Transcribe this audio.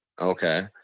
Okay